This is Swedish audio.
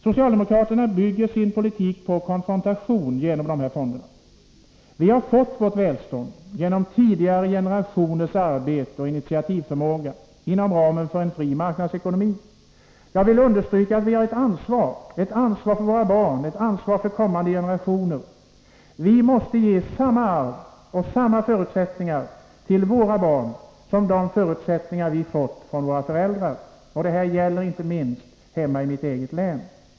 Socialdemokraterna bygger sin politik på konfrontation genom fonderna. Vi har fått vårt välstånd genom tidigare generationers arbete och initiativförmåga inom ramen för en fri marknadsekonomi. Jag vill understryka att vi har ett ansvar för våra barn, för kommande generationer. Vi måste ge samma arv och samma förutsättningar till våra barn som vi har fått från våra föräldrar. Det gäller inte minst hemma i mitt eget län.